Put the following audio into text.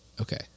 Okay